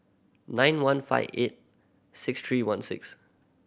nine one five eight six three one six